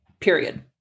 period